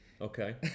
Okay